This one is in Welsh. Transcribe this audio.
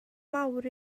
mawr